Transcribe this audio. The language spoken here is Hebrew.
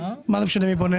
מה זה משנה מי בונה?